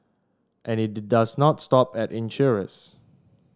and it does not stop at insurers